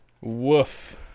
Woof